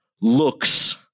looks